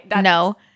no